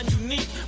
Unique